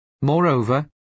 Moreover